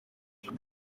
mbere